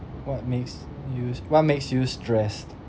what makes you s~ what makes you stressed